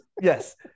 Yes